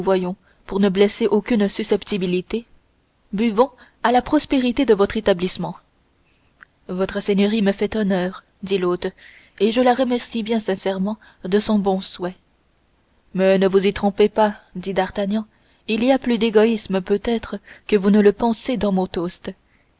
pour ne blesser aucune susceptibilité buvons à la prospérité de votre établissement votre seigneurie me fait honneur dit l'hôte et je la remercie bien sincèrement de son bon souhait mais ne vous y trompez pas dit d'artagnan il y a plus d'égoïsme peut-être que vous ne le pensez dans mon toast